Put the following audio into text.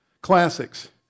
Classics